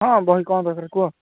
ହଁ ବହି କ'ଣ ଦରକାର କୁହ